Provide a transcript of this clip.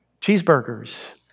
cheeseburgers